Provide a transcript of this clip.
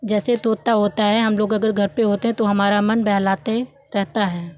जैसे तोता होता है हम लोग अगर घर पर होते हैं तो हमारा मन बहलाते रहता है